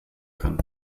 kann